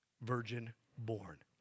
virgin-born